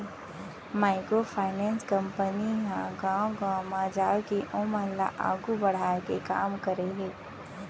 micro finance company ह गाँव गाँव म जाके ओमन ल आघू बड़हाय के काम करे हे